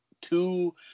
two